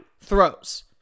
throws